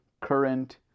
current